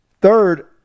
third